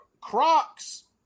Crocs